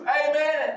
amen